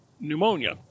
pneumonia